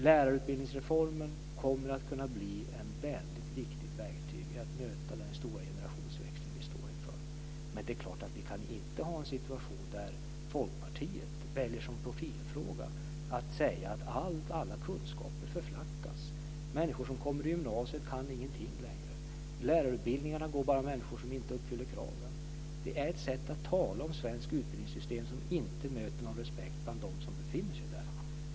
Lärarutbildningsreformen kommer att kunna bli ett väldigt viktigt verktyg för att möta den stora generationsväxling som vi står inför. Men det är klart att vi inte kan ha en situation där Folkpartiet som profilfråga väljer att säga att alla kunskaper förflackas, att människor som kommer in på gymnasiet inte längre kan någonting och att det på lärarutbildningarna bara går människor som inte uppfyller kraven. Det är ett sätt att tala om det svenska utbildningssystemet som inte möter någon respekt bland dem som befinner sig i det.